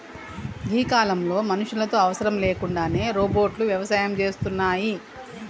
గీ కాలంలో మనుషులతో అవసరం లేకుండానే రోబోట్లు వ్యవసాయం సేస్తున్నాయి